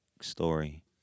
story